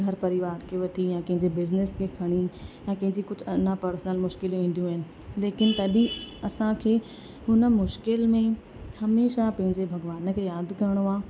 घर परिवार खे वठी या कंहिंजे बिजनेस खे खणी या कंहिंजे कुझु अरना पर्सनल मुश्किलियूं ईंदियूं आहिनि लेकिन तॾहिं असांखे हुन मुश्किल में हमेशह पंहिंजे भॻवान खे यादि करिणो आहे